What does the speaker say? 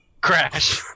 crash